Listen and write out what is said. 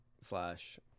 slash